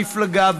מפלגה,